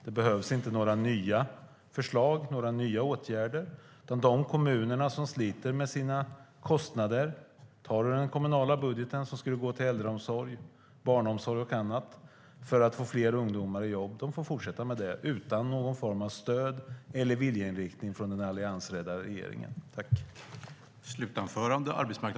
Det behövs inte några nya förslag, några nya åtgärder, utan de kommuner som sliter med sina kostnader och tar pengar ur den kommunala budgeten som skulle ha gått till äldreomsorg, barnomsorg och annat, för att få fler ungdomar i jobb, får fortsätta med det utan någon form av stöd eller viljeinriktning från den alliansledda regeringen.